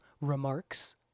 remarks